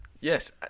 Yes